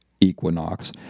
equinox